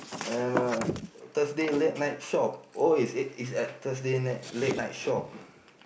and uh Thursday late night shop oh it's at it's at Thursday night late night shop